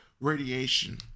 radiation